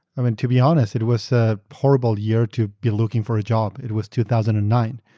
um and to be honest, it was a horrible year to be looking for a job it was two thousand and nine.